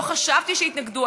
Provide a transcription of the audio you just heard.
לא חשבתי שיתנגדו.